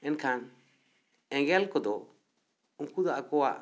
ᱮᱱᱠᱷᱟᱱ ᱮᱸᱜᱮᱞ ᱠᱚ ᱫᱚ ᱩᱱᱠᱩ ᱫᱚ ᱟᱠᱚᱣᱟᱜ